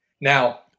Now